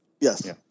Yes